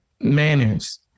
manners